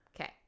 okay